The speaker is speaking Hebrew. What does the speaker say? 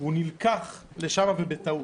הוא נילקח לשם ובטעות.